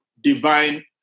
Divine